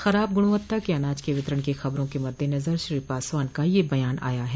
खराब गुणवत्ता के अनाज के वितरण की खबरों के मद्देनजर श्री पासवान का यह बयान आया है